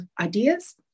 ideas